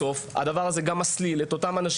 בסוף זה מסליל את הסטודנטים.